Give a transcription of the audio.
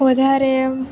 વધારે